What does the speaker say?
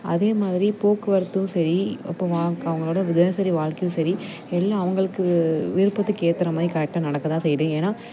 அதே மாதிரி போக்குவரத்தும் சரி அப்போ வாங்க அவங்களோட தினசரி வாழ்க்கையும் சரி எல்லாம் அவங்களுக்கு விருப்பத்துக்கு ஏற்றுற மாதிரி கரெக்டாக நடக்க தான் செய்யுது ஏன்னா